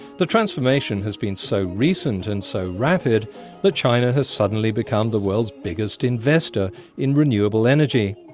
the transformation has been so recent and so rapid that china has suddenly become the world's biggest investor in renewable energy,